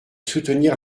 soutenir